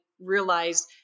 realized